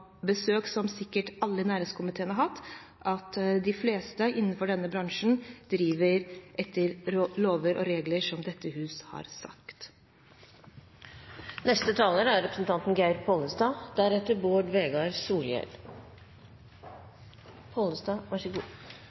besøk som sikkert alle i næringskomiteen har hatt, at de fleste innenfor denne bransjen driver etter lover og regler som dette hus har vedtatt. Jeg vil starte med å takke representanten